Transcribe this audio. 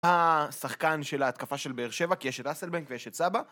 השחקן של ההתקפה של באר שבע, כי יש את האסלביינק ויש את סבע.